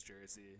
jersey